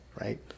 Right